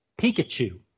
Pikachu